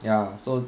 ya so